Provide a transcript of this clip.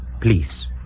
Please